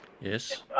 Yes